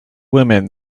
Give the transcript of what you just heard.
woman